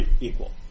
equal